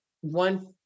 one